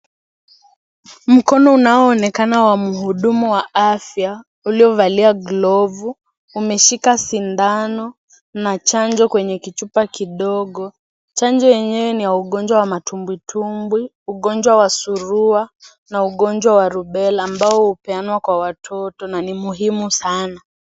Mkono unaoonekana wa mhudumu wa afya uliovalia glovu umeshika sindano na chanjo kwenye kichupa kidogo. Chanjo yenyewe ni ya ugonjwa wa matubwitubwi, ugonjwa wa suluwa na ugonjwa wa rubela ambayo hupeanwa kwa watoto na ni muhimu sana.